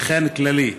שכן הוא כללי,